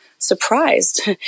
surprised